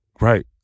Right